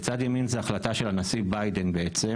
בצד ימין זה החלטה של הנשיא ביידן בעצם